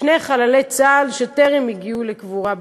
שני חללי צה"ל שטרם הגיעו לקבורה בישראל.